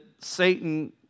Satan